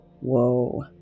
Whoa